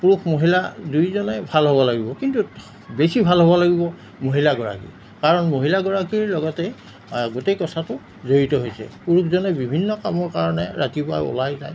পুৰুষ মহিলা দুয়োজনেই ভাল হ'ব লাগিব কিন্তু বেছি ভাল হ'ব লাগিব মহিলাগৰাকী কাৰণ মহিলাগৰাকীৰ লগতে গোটেই কথাটো জড়িত হৈছে পুৰুষজনে বিভিন্ন কামৰ কাৰণে ৰাতিপুৱাই ওলাই যায়